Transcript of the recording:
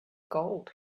gold